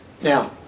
Now